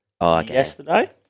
yesterday